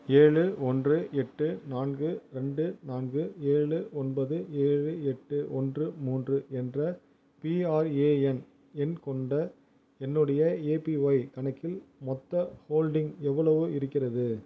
ஏழு ஒன்று எட்டு நான்கு ரெண்டு நான்கு ஏழு ஒன்பது ஏழு எட்டு ஒன்று மூன்று என்ற பிஆர்ஏஎன் எண் கொண்ட என்னுடைய ஏபிஒய் கணக்கில் மொத்த ஹோல்டிங் எவ்வளவு இருக்கிறது